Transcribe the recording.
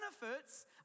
benefits